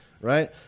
Right